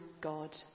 God